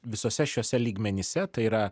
visuose šiuose lygmenyse tai yra